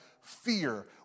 fear